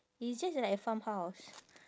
it is just like a farmhouse